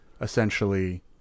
essentially